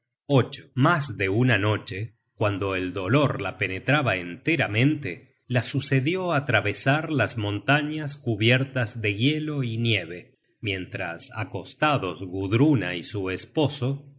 tristezas mas de una noche cuando el dolor la penetraba enteramente la sucedió atravesar las montañas cubiertas de hielo y nieve mientras acostados gudruna y su esposo